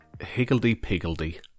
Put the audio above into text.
higgledy-piggledy